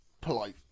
polite